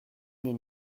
den